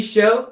Show